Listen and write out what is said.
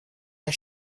der